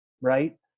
Right